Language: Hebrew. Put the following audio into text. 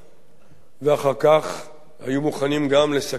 ואחר כך היו מוכנים גם לסכן את עצמם,